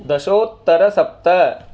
दशोत्तरसप्त